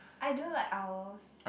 I do like owls